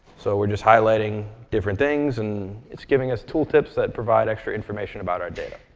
so we're just highlighting different things, and it's giving us tool tips that provide extra information about our data.